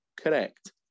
Correct